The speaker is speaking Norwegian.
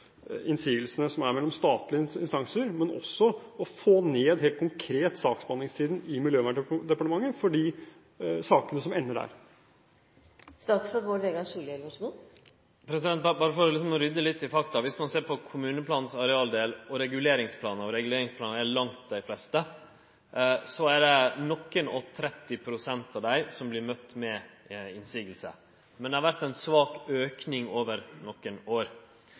innsigelsene som er mellom statlige instanser, også helt konkret for å få ned saksbehandlingstiden i Miljøverndepartementet, for de sakene som ender der. Berre for å rydde litt i fakta: Viss ein ser på arealdelen i kommuneplanen og på reguleringsplanane – og reguleringsplanane er langt dei fleste – vert nokon-og-30 pst. av dei møtte med motsegn. Men det har vore ein svak auke over nokre år.